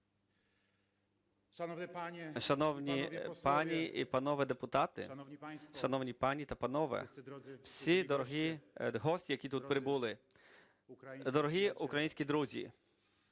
Шановні пані і панове депутати! Шановні пані та панове, всі дорогі гості, які тут прибули! Дорогі українські друзі,